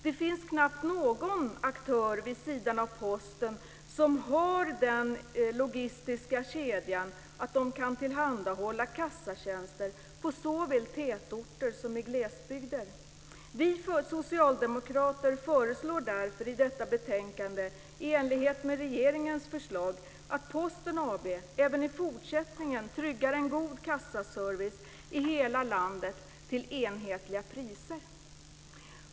Det finns knappt någon aktör vid sidan av Posten som har den logistiska kedjan att de kan tillhandahålla kassatjänster såväl i tätorter som i glesbygder. Vi socialdemokrater föreslår därför i detta betänkande, i enlighet med regeringens förslag, att Posten AB även i fortsättningen tryggar en god kassaservice i hela landet till enhetliga priser.